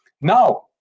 Now